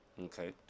Okay